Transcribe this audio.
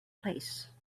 place